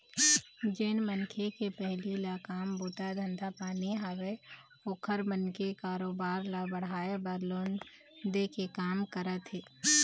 जेन मनखे के पहिली ले काम बूता धंधा पानी हवय ओखर मन के कारोबार ल बढ़ाय बर लोन दे के काम करत हे